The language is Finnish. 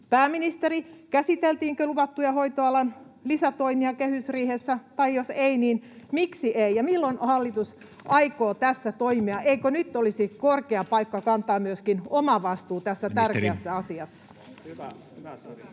pääministeri: Käsiteltiinkö luvattuja hoitoalan lisätoimia kehysriihessä, tai jos ei, niin miksi ei? Ja milloin hallitus aikoo tässä toimia? Eikö nyt olisi korkea aika kantaa myöskin oma vastuu tässä tärkeässä asiassa?